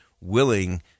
willing